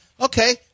Okay